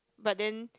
but then